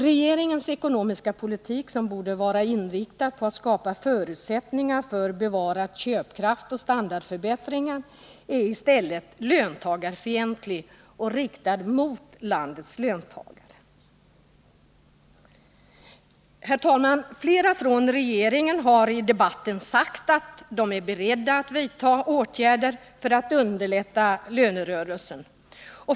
Regeringens ekonomiska politik, som borde vara inriktad på att skapa förutsättningar för bevarad köpkraft och standardförbättringar, är i stället löntagarfientlig och riktad mot landets löntagare. Herr talman! Flera företrädare för regeringen har i debatten sagt att de är beredda att vidta åtgärder för att underlätta lönerörelsen.